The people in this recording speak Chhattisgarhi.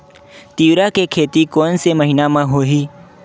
तीवरा के खेती कोन से महिना म होही?